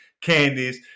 candies